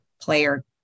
player